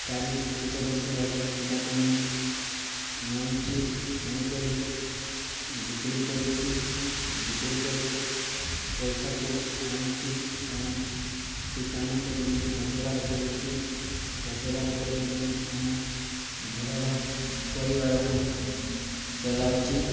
ଚାରି ପାଞ୍ଚ ବର୍ଷ ହେଲେ ସେଇଟାକୁ ମୁଁ ନେଉଛି ନେଇକରି ବିକ୍ରି କରୁଛି ବିକ୍ରି କରି ପଇସାକୁ ଆଣୁଛି ଏବଂ ସେ କାମ କରି ମୁଁ ରୋଜଗାର କରୁଛି ରୋଜଗାର କରି ମୁଁ ଆମ ଘରର ପରିବାରକୁ ଚଲାଉଛି